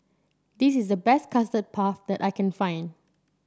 this is the best Custard Puff that I can find